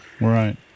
Right